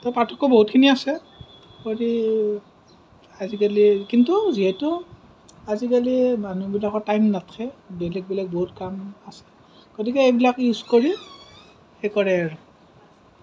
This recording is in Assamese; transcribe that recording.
ত' পাৰ্থক্য বহুতখিনিয়ে আছে খৰিও আজিকালি কিন্তু যিহেতু আজিকালি মানুহবিলাকৰ টাইম নাথাকে বেলেগ বেলেগ বহুত কাম আছে গতিকে এইবিলাক ইউজ কৰি সেই কৰে আৰু